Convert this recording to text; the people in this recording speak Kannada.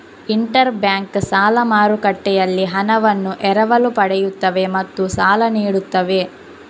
ಇಂಟರ್ ಬ್ಯಾಂಕ್ ಸಾಲ ಮಾರುಕಟ್ಟೆಯಲ್ಲಿ ಹಣವನ್ನು ಎರವಲು ಪಡೆಯುತ್ತವೆ ಮತ್ತು ಸಾಲ ನೀಡುತ್ತವೆ